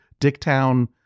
Dicktown